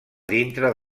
dintre